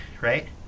right